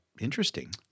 interesting